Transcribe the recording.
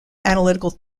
analytical